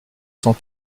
cent